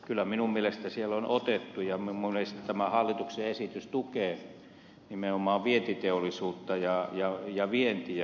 kyllä minun mielestä siellä on otettu ja minun mielestäni tämä hallituksen esitys tukee nimenomaan vientiteollisuutta ja vientiä